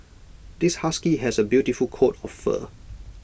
this husky has A beautiful coat of fur